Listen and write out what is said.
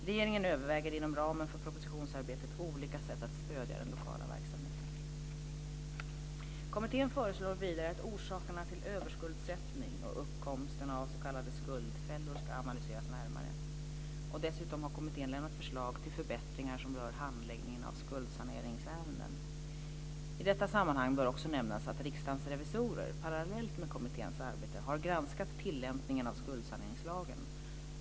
Regeringen överväger inom ramen för propositionsarbetet olika sätt att stödja den lokala verksamheten. Kommittén föreslår vidare att orsakerna till överskuldsättning och uppkomsten av s.k. skuldfällor ska analyseras närmare. Dessutom har kommittén lämnat förslag till förbättringar som rör handläggningen av skuldsaneringsärenden. I detta sammanhang bör också nämnas att Riksdagens revisorer, parallellt med kommitténs arbete, har granskat tillämpningen av skuldsaneringslagen.